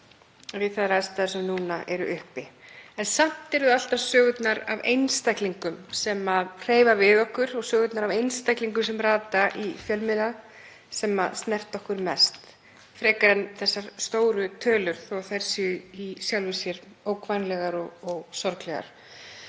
við þær aðstæður sem núna eru uppi. Samt eru það alltaf sögurnar af einstaklingum sem hreyfa við okkur og sögurnar af einstaklingum sem rata í fjölmiðla sem snerta okkur mest, frekar en þessar stóru tölur, þótt þær séu í sjálfu sér ógnvænlegar og sorglegar.